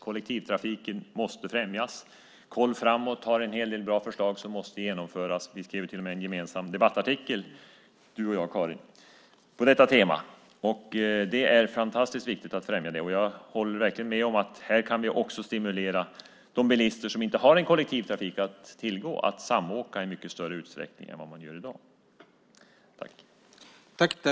Kollektivtrafiken måste främjas. I handlingsprogrammet Koll framåt finns det en hel del bra förslag som måste genomföras. Karin, du och jag har till och med skrivit en gemensam debattartikel på detta tema. Det är fantastiskt viktigt att främja samåkandet. Jag håller verkligen med om att vi här också kan stimulera de bilister som inte har en kollektivtrafik att tillgå att i mycket större utsträckning samåka än de i dag gör.